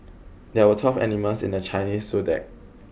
there were twelve animals in the Chinese Zodiac